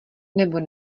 nebo